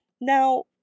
Now